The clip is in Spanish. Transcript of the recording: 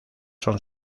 son